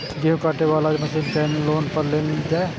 गेहूँ काटे वाला मशीन केना लोन पर लेल जाय?